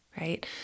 right